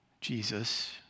Jesus